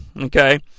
Okay